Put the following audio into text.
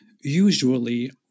usually